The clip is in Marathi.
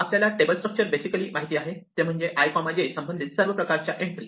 आपल्याला टेबल स्ट्रक्चर बेसिकली माहिती आहे ते म्हणजे i j संबंधित सर्व प्रकारच्या एन्ट्री